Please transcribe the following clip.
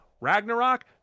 Ragnarok